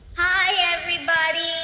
hi, everybody.